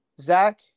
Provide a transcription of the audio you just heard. Zach